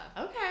Okay